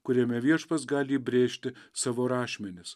kuriame viešpats gali įbrėžti savo rašmenis